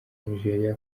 nigeria